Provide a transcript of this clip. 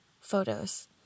photos